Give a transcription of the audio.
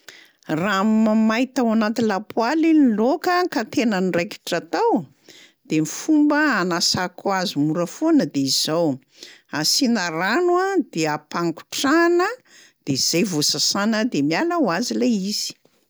Raha ma- may tao anaty lapoaly ny laoka ka tena niraikitra tao de ny fomba hanasako azy mora foana de izao: asiana rano a de ampangotrahana de zay vao sasana de miala ho azy lay izy.